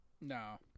No